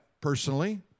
personally